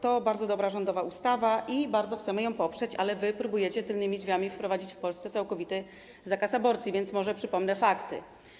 To bardzo dobra rządowa ustawa i bardzo chcemy ją poprzeć, ale wy próbujecie tylnymi drzwiami wprowadzić w Polsce całkowity zakaz aborcji, więc może przypomnę fakty.